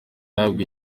ahabwa